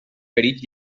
ferits